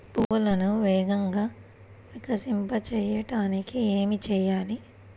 పువ్వులను వేగంగా వికసింపచేయటానికి ఏమి చేయాలి?